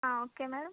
okay madam